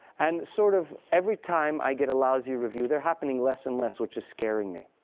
and sort of every time i get a lousy review they're happening less and less, which is scaring me.